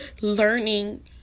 learning